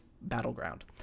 battleground